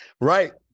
Right